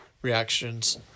Reactions